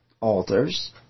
altars